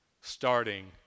Starting